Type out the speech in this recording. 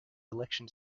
election